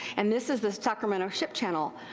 and this is the sacramento ship channel.